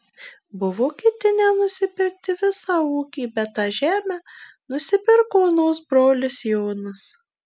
buvo ketinę nusipirkti visą ūkį bet tą žemę nusipirko onos brolis jonas